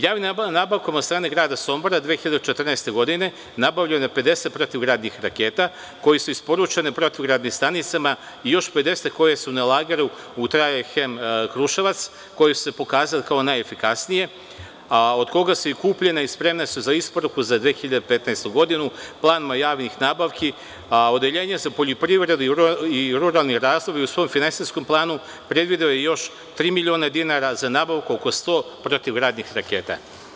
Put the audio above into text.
Javnim nabavkama od strane grada Sombora 2014. godine, nabavljeno je 50 protivgradnih raketa koje su isporučene protivgradnim stanicama i još 50 koje su na lageru u „Trajalhem“ Kruševac, koje su se pokazale kao najefikasnije, a od koga su kupljene i spremne su za isporuku za 2015. godinu, planom javnih nabavki Odeljenje za poljopirivredu i ruralni razvoj u svom finansijskom planu predvideo je još tri miliona dinara za nabavku oko 100 protivgradnih raketa.